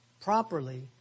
properly